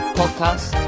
podcast